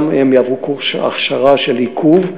גם הם יעברו קורס הכשרה לעיכוב.